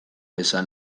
esan